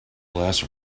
less